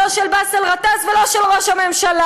לא של באסל גטאס ולא של ראש הממשלה.